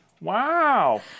Wow